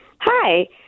Hi